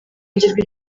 icyemezo